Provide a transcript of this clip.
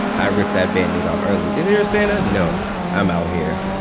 i ripped that band-aid off early. is there a santa? no. i'm out here.